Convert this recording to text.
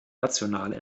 nationale